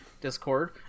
Discord